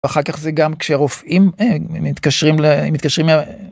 אחר כך זה גם כשרופאים מתקשרים ל...מתקשרים.